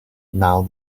now